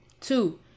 two